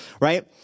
right